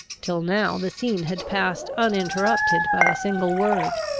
till now the scene had passed uninterrupted by a single word.